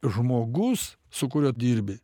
žmogus su kuriuo dirbi